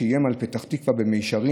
שאיים על פתח תקווה במישרין.